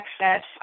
access